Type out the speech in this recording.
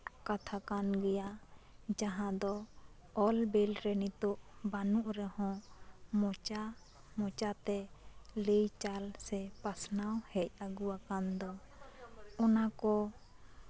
ᱠᱟᱛᱷᱟ ᱠᱟᱱ ᱜᱮᱭᱟ ᱡᱟᱦᱟᱸ ᱫᱚ ᱚᱞ ᱵᱮᱞ ᱨᱮ ᱱᱤᱛᱚᱜ ᱵᱟᱹᱱᱩᱜ ᱨᱮᱦᱚᱸ ᱢᱚᱪᱟ ᱢᱚᱪᱟᱛᱮ ᱞᱟᱹᱭ ᱪᱟᱞ ᱥᱮ ᱯᱟᱥᱱᱟᱣ ᱦᱮᱡ ᱟᱹᱜᱩ ᱟᱠᱟᱱ ᱫᱚ ᱚᱱᱟ ᱠᱚ